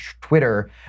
Twitter